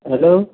hello